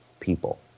people